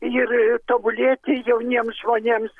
ir tobulėti jauniems žmonėms